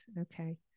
okay